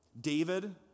David